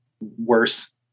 worse